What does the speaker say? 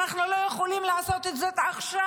אנחנו לא יכולים לעשות את זה עכשיו,